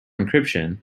encryption